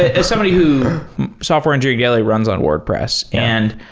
as somebody who software engineering daily runs on wordpress and,